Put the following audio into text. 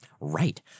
Right